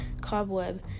cobweb